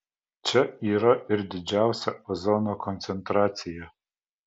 čia yra ir didžiausia ozono koncentracija